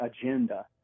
agenda